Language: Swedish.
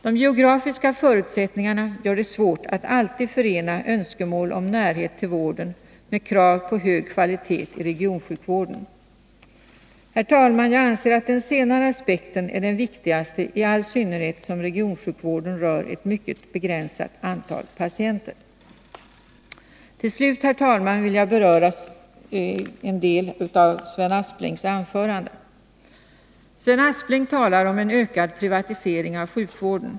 De geografiska förutsättningarna gör det svårt att alltid förena önskemål om närhet till vården med krav på hög kvalitet i regionsjukvården. Herr talman! Jag anser att den senare aspekten är den viktigaste, i all synnerhet som regionsjukvården rör ett mycket begränsat antal patienter. Till slut, herr talman, vill jag beröra en del av Sven Asplings anförande. Sven Aspling talar om ökad privatisering av sjukvården.